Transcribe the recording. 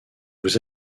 vous